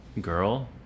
girl